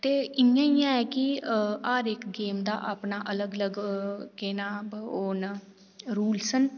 ते इंया गै की हर इक्क गेम दा केह् ऐ की नाम अलग अलग न रूल्स न